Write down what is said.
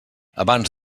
abans